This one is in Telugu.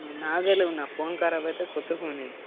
నాది ఉన్నాయి ఫోను కరాబ్ అయితే కొత్త ఫోను ఇది